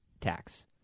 tax